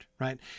right